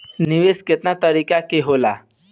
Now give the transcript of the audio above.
निवेस केतना तरीका के होला?